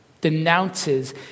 denounces